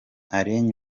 alain